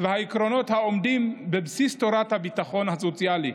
והעקרונות העומדים בבסיס תורת הביטחון הסוציאלי.